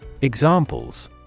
Examples